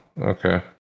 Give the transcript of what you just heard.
okay